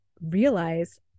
realize